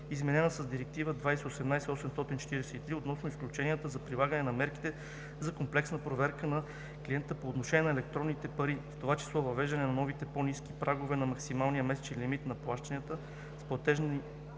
изменена с Директива (ЕС) 2018/843, относно изключенията за прилагане на мерките за комплексна проверка на клиента по отношение на електронните пари, в това число въвеждане на новите по-ниски прагове на максималния месечен лимит на плащанията с платежен